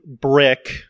Brick